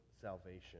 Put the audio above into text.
salvation